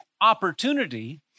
opportunity